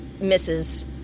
misses